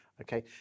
Okay